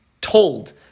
told